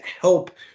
help